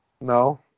No